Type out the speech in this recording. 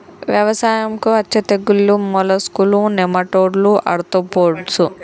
వ్యవసాయంకు అచ్చే తెగుల్లు మోలస్కులు, నెమటోడ్లు, ఆర్తోపోడ్స్